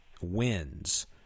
wins